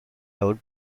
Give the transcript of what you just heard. out